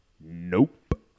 Nope